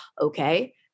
Okay